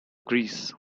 greece